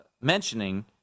mentioning